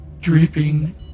Dripping